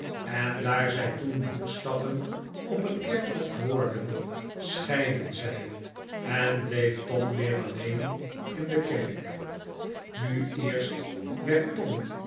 en daar zij toen voetstappen op het kerkhof hoorden scheidden zij en bleef tom weer alleen in de kerk nu eerst werd tom